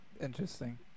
Interesting